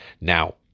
Now